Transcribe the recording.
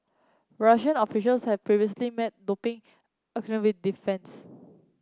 Russian officials have previously met doping occur with defiance